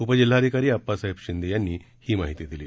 उपजिल्हाधिकारी अप्पासाहेब शिंदे यांनी ही माहिती दिली